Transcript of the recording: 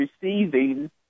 receiving